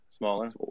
Smaller